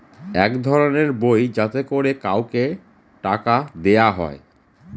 এক ধরনের বই যাতে করে কাউকে টাকা দেয়া হয়